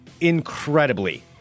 incredibly